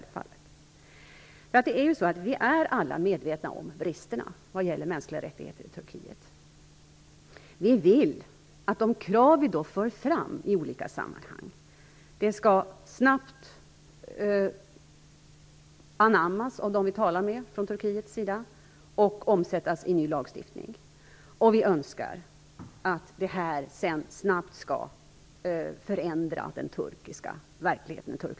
Vi är alla medvetna om bristerna när det gäller mänskliga rättigheter i Turkiet. Vi vill att de krav som vi för fram i olika sammanhang snabbt skall anammas av de turkiska representanter som vi talar med och omsättas i lagstiftning. Vi önskar vidare att detta skall förändra den turkiska vardagen.